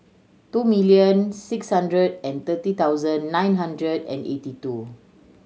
two million six hundred and thirty thousand nine hundred and eighty two